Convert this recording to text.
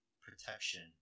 protection